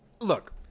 Look